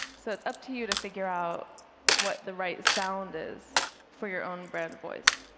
so it's up to you to figure out what the right sound is for your own brand voice.